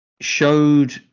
showed